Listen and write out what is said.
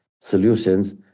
solutions